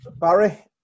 Barry